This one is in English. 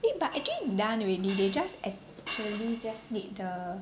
eh but actually done already they just actually just need the